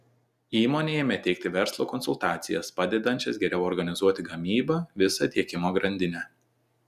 įmonė ėmė teikti verslo konsultacijas padedančias geriau organizuoti gamybą visą tiekimo grandinę